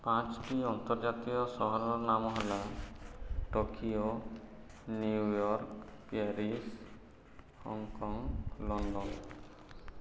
ପାଂଶଟି ଅନ୍ତର୍ଜାତୀୟ ସହରର ନାମ ହେଲା Tokyo New York Paris Hong Kong London